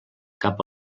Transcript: cap